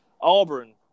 Auburn